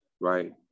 right